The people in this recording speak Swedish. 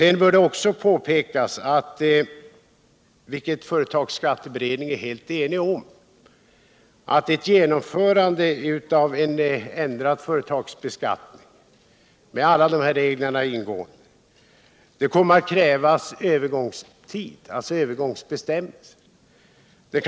Sedan bör det också påpekas — vilket företagsskatteberedningen är helt ense om —-att ett genomförande av en ändrad företagsbeskattning och alla de regler som däri ingår kommer att kräva övergångsbestämmelser.